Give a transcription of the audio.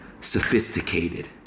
sophisticated